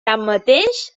tanmateix